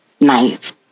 Nice